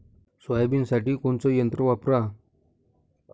सोयाबीनसाठी कोनचं यंत्र वापरा?